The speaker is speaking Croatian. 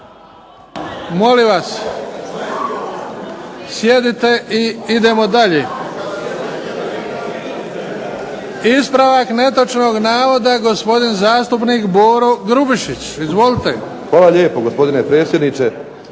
Molim vas, sjedite i idemo dalje. Ispravak netočnog navoda, gospodin zastupnik Boro Grubišić. Izvolite. **Grubišić, Boro (HDSSB)** Hvala lijepo gospodine predsjedniče.